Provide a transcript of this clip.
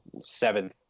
seventh